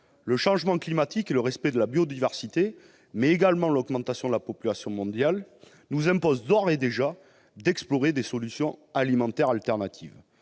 Le changement climatique et le respect de la biodiversité, mais également l'augmentation de la population mondiale, nous imposent d'ores et déjà d'explorer des solutions alimentaires alternatives.